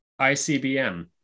ICBM